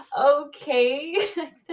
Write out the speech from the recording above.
okay